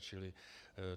Čili